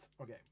Okay